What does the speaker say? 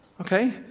okay